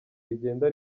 rigenda